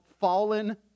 fallen